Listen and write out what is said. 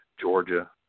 Georgia